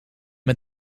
met